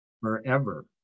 forever